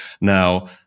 Now